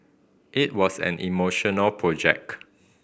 it was an emotional project